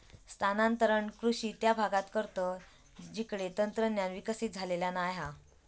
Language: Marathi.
स्थानांतरण कृषि त्या भागांत करतत जिकडे तंत्रज्ञान विकसित झालेला नाय हा